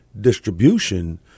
distribution